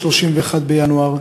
31 בינואר,